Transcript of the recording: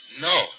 No